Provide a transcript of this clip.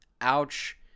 ouch